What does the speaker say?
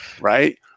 right